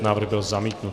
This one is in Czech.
Návrh byl zamítnut.